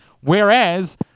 Whereas